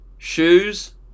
shoes